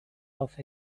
off